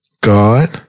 God